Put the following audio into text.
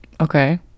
Okay